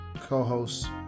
co-host